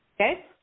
Okay